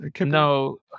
No